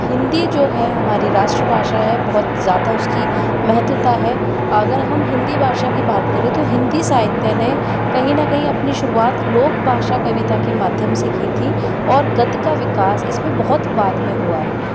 हिन्दी जो है हमारी राष्ट्र भाषा है बहुत ज़्यादा उसकी महत्वता है अगर हम हिन्दी भाषा की बात करें तो हिन्दी साहित्य ने कहीं न कहीं अपनी शुरुआत लोक भाषा कविता के माध्यम से की थी और गद्य का विकास इसमे बहुत बाद में हुआ है